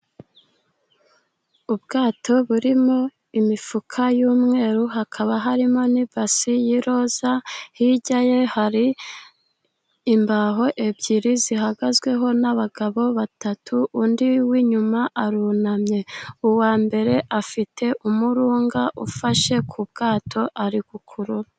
Ubwato burimo imifuka y'umweru, hakaba harimo n'ibasi ya roza, hirya ye hari imbaho ebyiri zihagazeho n'abagabo batatu, undi w'inyuma arunamye, uwa mbere afite umurunga ufashe ku bwato, ari gukurura.